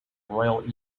royal